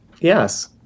Yes